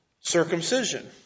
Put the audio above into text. circumcision